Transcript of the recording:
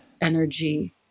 energy